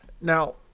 Now